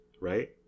right